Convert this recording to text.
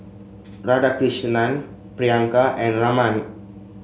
Radhakrishnan Priyanka and Raman